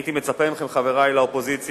והייתי מצפה מכם, חברי לאופוזיציה,